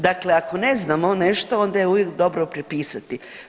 Dakle, ako ne znamo nešto onda je uvijek dobro prepisati.